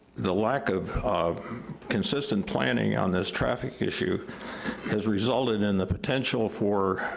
the lack of of consistent planning on this traffic issue has resulted in the potential for